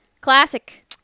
Classic